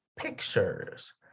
pictures